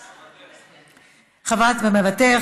מוותר,